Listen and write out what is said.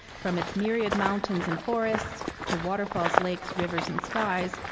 from its myriad mountains and forests to waterfalls, lakes, rivers, and skies,